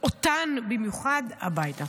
ואותן במיוחד, הביתה.